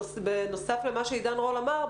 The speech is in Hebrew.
בנוסף למה שעידן רול אמר,